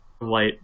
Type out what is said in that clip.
light